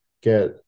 get